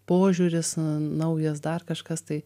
požiūris naujas dar kažkas tai